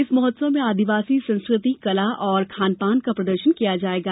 इस महोत्सव में आदिवासी संस्कृति कला और खानपान का प्रदर्शन किया जायेगा